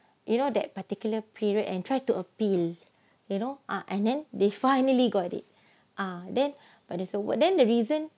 you know that particular period and try to appeal you know ah and then they finally got it ah then but there's a word then the reason